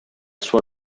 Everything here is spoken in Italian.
sua